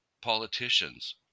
politicians